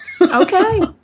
Okay